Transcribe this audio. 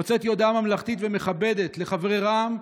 הוצאתי הודעה ממלכתית ומכבדת לחברי רע"מ,